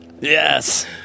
yes